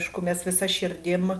aišku mes visa širdim